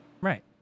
Right